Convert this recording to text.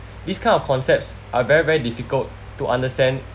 this kind of concepts are very very difficult to understand